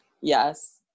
Yes